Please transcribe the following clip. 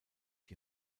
die